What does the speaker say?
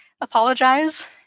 apologize